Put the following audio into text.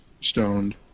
stoned